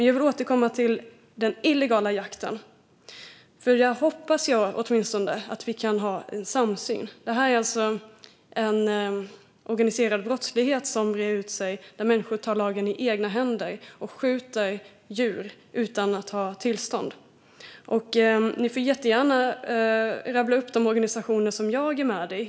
Jag vill återkomma till frågan om den illegala jakten. Jag hoppas att vi kan ha en samsyn. Det är fråga om organiserad brottslighet som breder ut sig där människor tar lagen i egna händer och skjuter djur utan att ha tillstånd. Ministern får gärna rabbla upp de organisationer som jag är med i.